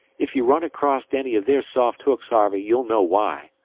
ef you run acrost any of their soft hooks, harvey, you'll know why,